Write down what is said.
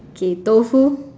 okay tofu